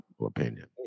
opinion